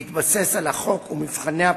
בהתבסס על החוק ומבחני הפסיקה,